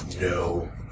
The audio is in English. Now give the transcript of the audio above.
No